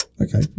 Okay